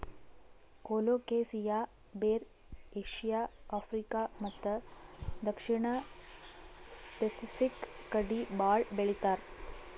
colocasia ಬೇರ್ Asia, Africa ಮತ್ತ್ ದಕ್ಷಿಣ್ ಸ್ಪೆಸಿಫಿಕ್ ಕಡಿ ಭಾಳ್ ಬೆಳಿತಾರ್